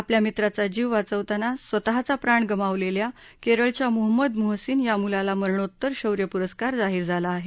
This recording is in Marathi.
आपल्या मित्राचा जीव वाचवताना स्वतःचा प्राण गमावलेल्या केरळच्या मुहम्मद मुहसिन या मुलाला मरणोत्तर शौर्य पुरस्कार जाहीर झाला आहे